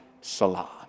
salah